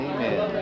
Amen